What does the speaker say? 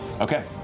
Okay